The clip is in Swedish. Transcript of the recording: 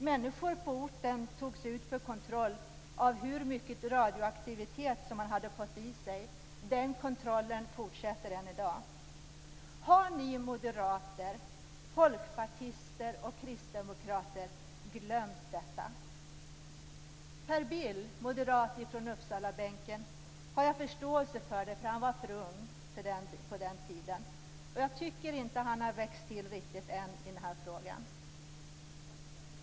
Människor på orten tog ut för kontroll av hur mycket radioaktivitet som de hade fått i sig. Den kontrollen fortsätter än i dag. Har ni moderater, folkpartister och kristdemokrater glömt detta? Per Bill, moderat från Uppsalabänken, har jag förståelse för, eftersom han på den tiden var för ung. Jag tycker inte att han har växt till sig riktigt än i den här frågan.